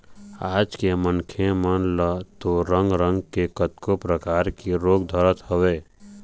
आज के मनखे मन ल तो रंग रंग के कतको परकार के रोग धरत हवय